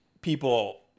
people